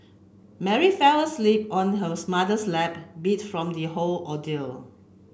Mary fell asleep on her mother's lap beat from the whole ordeal